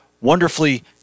wonderfully